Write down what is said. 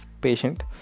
patient